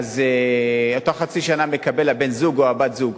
באותה חצי השנה מקבלים בן-הזוג או בת-הזוג.